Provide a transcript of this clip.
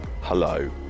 hello